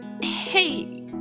Hey